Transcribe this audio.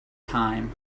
time